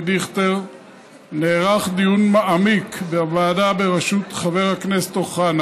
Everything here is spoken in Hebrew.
דיכטר נערך דיון מעמיק בוועדה בראשות חבר הכנסת אוחנה.